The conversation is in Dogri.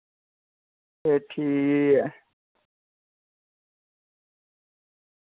एह् ठीक ऐ